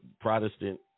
Protestant